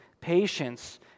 patience